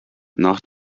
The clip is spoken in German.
nach